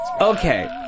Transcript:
Okay